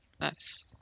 nice